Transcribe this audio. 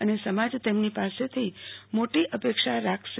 અને સમાજ તેમની પાસેથી મોટી અપેક્ષા રાખશે